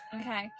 Okay